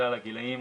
מכלל הגילאים,